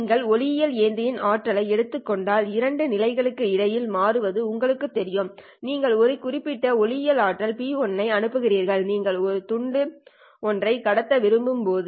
நீங்கள் ஒளியியல் ஏந்தியின் ஆற்றலை எடுத்துக் கொண்டால் இரண்டு நிலைகளுக்கு இடையில் மாறுவது உங்களுக்குத் தெரியும் நீங்கள் ஒரு குறிப்பிட்ட ஒளியியல் ஆற்றல் P1 ஐ அனுப்புகிறீர்கள் நீங்கள் ஒரு துண்டு ஒன்றை கடத்த விரும்பும் போது